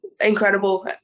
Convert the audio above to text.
incredible